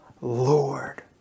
Lord